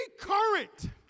current